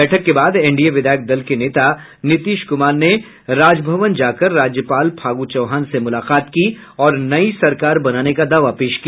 बैठक के बाद एनडीए विधायक दल के नेता नीतीश कुमार ने राजभवन जाकर राज्यपाल फागू चौहान से मुलाकात की और नई सरकार बनाने का दावा पेश किया